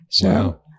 Wow